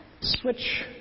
Switch